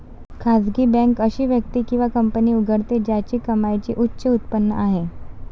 खासगी बँक अशी व्यक्ती किंवा कंपनी उघडते ज्याची कमाईची उच्च उत्पन्न आहे